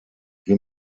wir